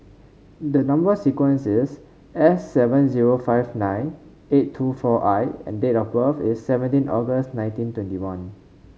the number sequence is S seven zero five nine eight two four I and date of birth is seventeen August nineteen twenty one